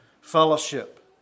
fellowship